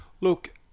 Look